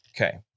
Okay